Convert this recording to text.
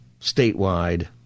statewide